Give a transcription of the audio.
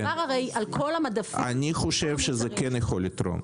מדובר על כל המדפים --- אני חושב שזה יכול לתרום.